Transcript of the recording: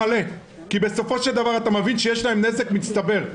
כי בסופו של דבר אתה מבין שיש להם נזק מצטבר,